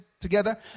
together